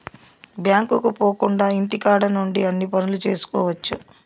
బ్యాంకుకు పోకుండా ఇంటికాడ నుండి అన్ని పనులు చేసుకోవచ్చు